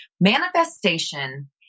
Manifestation